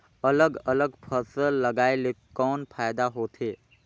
अलग अलग फसल लगाय ले कौन फायदा होथे?